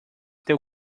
teu